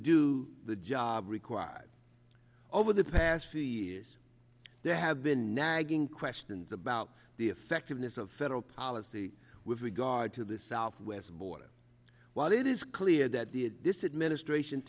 do the job required over the past two years there have been nagging questions about the effectiveness of federal policy with regard to the southwest border while it is clear that this administration